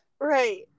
Right